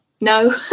no